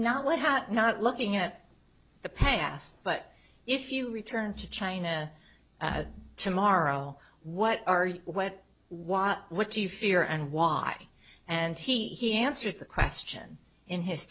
hat not looking at the past but if you returned to china tomorrow what are you what what what do you fear and why and he answered the question in his